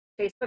Facebook